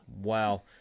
Wow